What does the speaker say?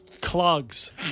clogs